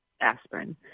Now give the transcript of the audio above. aspirin